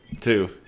Two